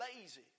lazy